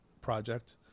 project